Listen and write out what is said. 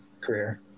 career